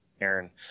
Aaron